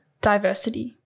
diversity